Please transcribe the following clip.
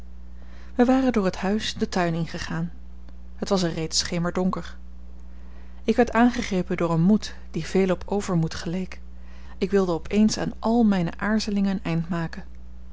wij waren door het huis den tuin ingegaan het was er reeds schemerdonker ik werd aangegrepen door een moed die veel op overmoed geleek ik wilde op eens aan alle mijne aarzelingen een eind maken